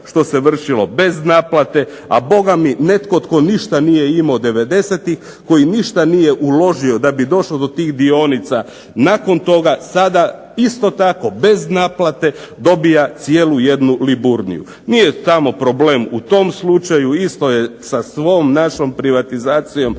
što se vršilo bez naplate, a Boga mi netko tko ništa nije imao devedesetih, koji ništa nije uložio da bi došao do tih dionica nakon toga sada isto tako bez naplate dobija cijelu jednu Liburniju. Nije tamo problem u tom slučaju, isto je sa svom našom privatizacijom,